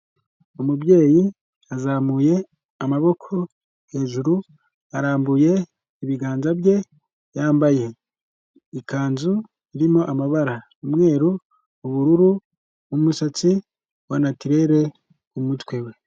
Umubyeyi azamuye amaboko hejuru, arambuye ibiganza bye, yambaye ikanzu irimo amabara, umweru, ubururu, umusatsi wa natirere ku mutwe we.